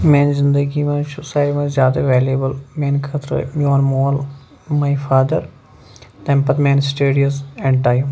میانہِ زنٛدگی منٛزچھُ ساروی کھۄتہٕ زیادٕ ویلیبٕل میٲنہِ خٲطر میوٚن مول ماے فادر تَمہِ پَتہٕ میانہِ سِٹیڈیٖز اینٛڈ ٹایم